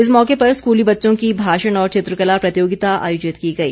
इस मौके पर स्कूली बच्चों की भाषण और चित्रकला प्रतियोगिता आयोजित की गई